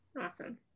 Awesome